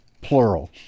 plural